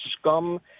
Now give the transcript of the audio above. scum